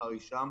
מחר היא שם.